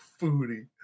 foodie